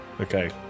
Okay